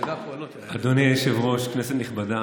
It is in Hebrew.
אדוני היושב-ראש, כנסת נכבדה,